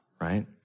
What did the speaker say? right